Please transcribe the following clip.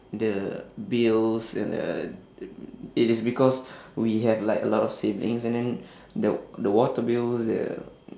the bills and the it is because we have like a lot of siblings and then the the water bills the